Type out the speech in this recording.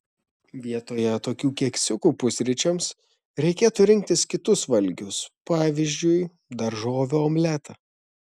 vietoje tokių keksiukų pusryčiams reikėtų rinktis kitus valgius pavyzdžiui daržovių omletą